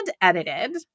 edited